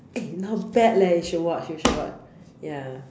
{eh] not bad leh you should watch you should watch ya